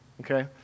okay